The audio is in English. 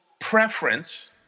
preference